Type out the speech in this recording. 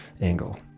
angle